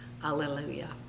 Hallelujah